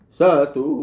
Satu